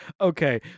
okay